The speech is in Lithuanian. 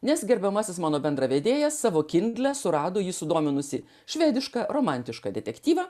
nes gerbiamasis mano bendravedėjas savo kindle surado jį sudominusį švedišką romantišką detektyvą